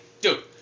dude